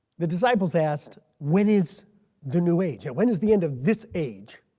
the disciples asked when is the new age. when is the end of this age?